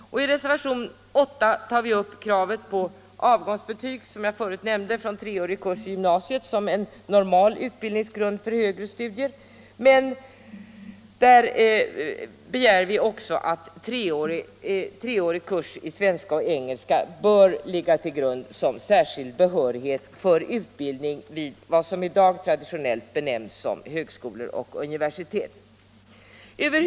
I reservationen 8 begär vi också att treårig kurs i svenska och engelska skall ligga till grund för särskild behörighet till utbildning vid vad som i dag traditionellt benämns högskolor och universitet i de fall den studerande inte har avgångsbetyg från treårig kurs i gymnasiet.